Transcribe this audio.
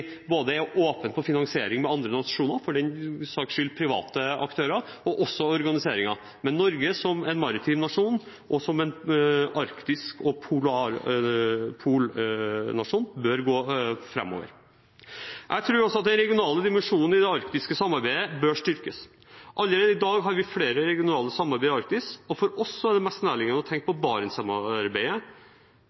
er åpne for finansiering og organisering med andre nasjoner – og for den saks skyld private aktører. Men Norge som en maritim nasjon og som en arktisk nasjon og polarnasjon bør gå foran. Jeg tror også den regionale dimensjonen i det arktiske samarbeidet bør styrkes. Allerede i dag har vi flere regionale samarbeid i Arktis, og for oss er det mest nærliggende å tenke på Barentssamarbeidet,